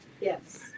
Yes